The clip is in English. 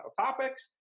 topics